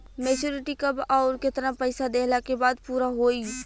Maturity कब आउर केतना पईसा देहला के बाद पूरा होई?